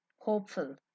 hopeful